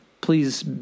please